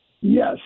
Yes